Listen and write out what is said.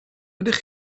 ydych